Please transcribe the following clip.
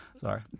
sorry